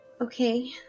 okay